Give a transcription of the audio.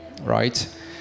right